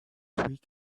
week